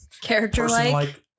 Character-like